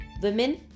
Women